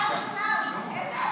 על שי ניצן.